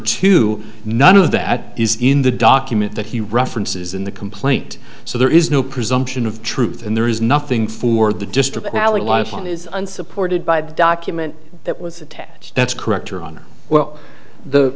two none of that is in the document that he references in the complaint so there is no presumption of truth and there is nothing for the district now lie upon is unsupported by the document that was attached that's correct your honor well the